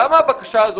למה הבקשה הזו,